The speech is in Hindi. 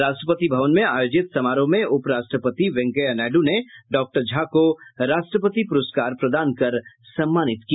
राष्ट्रपति भवन में आयोजित समारोह में उप राष्ट्रपति वेंकैया नायडू ने डॉक्टर झा को राष्ट्रपति प्रस्कार प्रदान कर सम्मानित किया